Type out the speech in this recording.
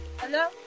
Hello